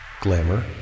Glamour